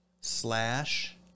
Slash